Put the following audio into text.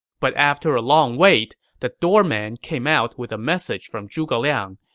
but after a long wait, the doorman came out with a message from zhuge liang,